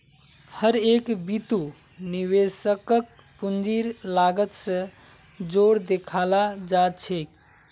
हर एक बितु निवेशकक पूंजीर लागत स जोर देखाला जा छेक